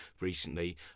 recently